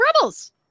Rebels